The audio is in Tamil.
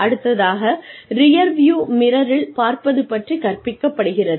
அடுத்ததாக ரியர்வியூ மிரரில் பார்ப்பது பற்றி கற்பிக்கப்படுகிறது